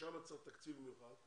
ששם צריך תקציב מיוחד,